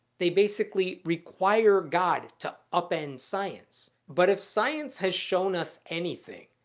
they basically require god to upend science. but if science has shown us anything,